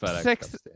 Six